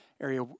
area